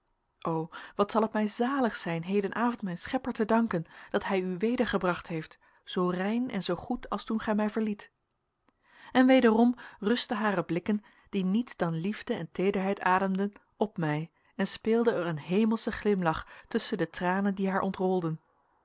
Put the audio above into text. o wat zal het mij zalig zijn hedenavond mijn schepper te danken dat hij u wedergebracht heeft zoo rein en zoogoed als toen gij mij verliet en wederom rustten hare blikken die niets dan liefde en teederheid ademden op mij en speelde er een hemelsche glimlach tusschen de tranen die haar ontrolden